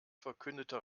verkündete